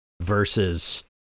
versus